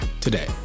today